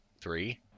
Three